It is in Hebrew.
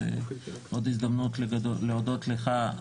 זאת עוד הזדמנות להודות לך.